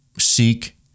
seek